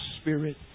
spirit